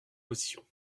position